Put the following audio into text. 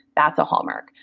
that's a hallmark.